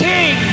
King